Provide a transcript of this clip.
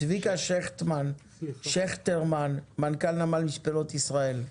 צביקה שכטרמן, מנכ"ל נמל מספנות ישראל,